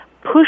push